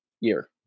year